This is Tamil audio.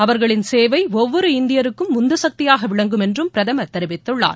அவர்களின் சேவை ஒவ்வொரு இந்தியருக்கும் உந்துசக்தியாக விளங்கும் என்றும் பிரதமர் தெரிவித்துள்ளார்